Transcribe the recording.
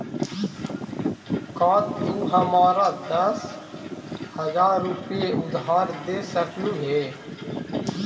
का तू हमारा दस हज़ार रूपए उधार दे सकलू हे?